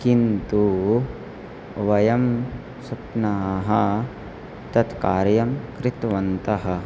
किन्तु वयं स्वप्नाः तत् कार्यं कृतवन्तः